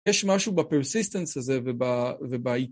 יש משהו ב-persistante הזה וב...